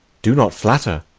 do not flatter.